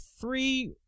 three